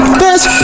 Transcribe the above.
best